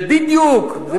זה בדיוק.